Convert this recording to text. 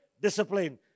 discipline